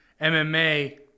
MMA